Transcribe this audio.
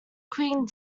qing